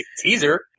Teaser